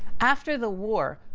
after the war,